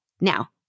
Now